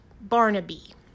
Barnaby